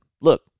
look